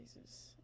Jesus